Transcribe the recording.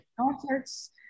concerts